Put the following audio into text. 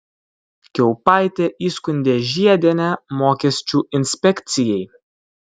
kiaupaitė įskundė žiedienę mokesčių inspekcijai